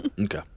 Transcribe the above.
Okay